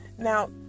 Now